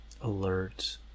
alert